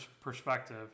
perspective